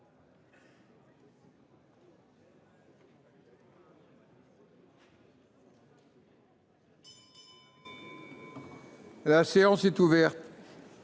La séance est ouverte.